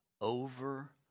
over